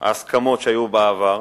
ההסכמות שהיו בעבר,